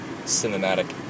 Cinematic